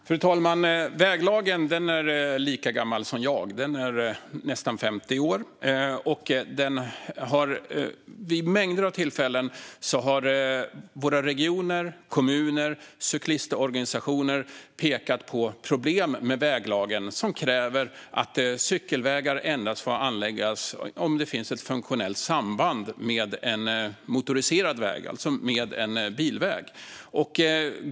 Fru talman! Väglagen är lika gammal som jag, nästan 50 år, och vid mängder av tillfällen har våra regioner, kommuner och cyklistorganisationer pekat på problem med den. Väglagen säger att cykelvägar endast får anläggas om det finns ett funktionellt samband med en motoriserad väg, alltså med en bilväg.